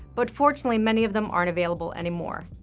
but fortunately, many of them aren't available anymore.